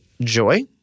joy